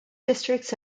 districts